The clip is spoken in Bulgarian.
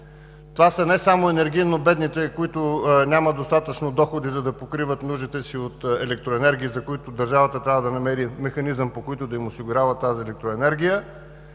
Това са не само енергийно бедните, които нямат достатъчно доходи, за да покриват нуждите си от електроенергия, за които държавата трябва да намери механизъм, по който да им осигурява тази електроенергия,